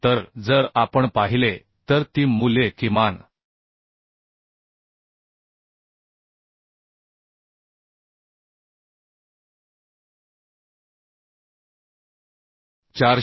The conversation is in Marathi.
तर जर आपण पाहिले तर ती मूल्ये किमान 426